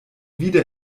wieder